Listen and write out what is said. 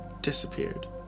disappeared